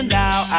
now